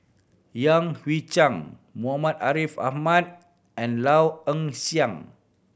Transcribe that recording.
Yan Hui Chang Muhammad Ariff Ahmad and Low Ing Sing